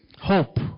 hope